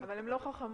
אבל הן לא חכמות.